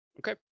Okay